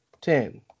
Ten